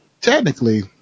technically